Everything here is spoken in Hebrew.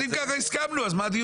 אם הסכמנו, על מה הדיון?